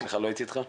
סליחה, לא הייתי איתך.